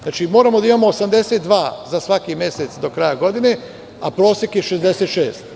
Znači, moramo da imamo 82 za svaki mesec do kraja godine, a prosek je 66.